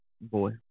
Boy